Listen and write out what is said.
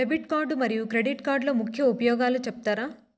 Debit card మరియు credit కార్డుల ముఖ్య ఉపయోగాలు సెప్తారా?